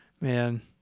man